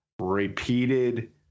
repeated